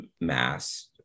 masked